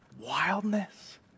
wildness